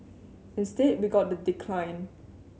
instead we got the decline